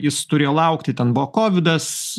jis turėjo laukti ten buvo kovidas